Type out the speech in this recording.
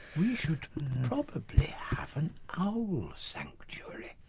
we should probably have an owl sanctuary.